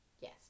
yes